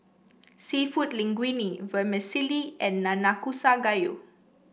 seafood Linguine Vermicelli and Nanakusa Gayu